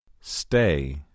Stay